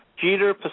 Jeter